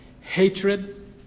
hatred